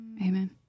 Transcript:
Amen